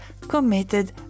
committed